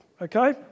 Okay